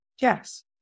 Yes